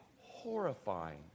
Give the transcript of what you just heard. horrifying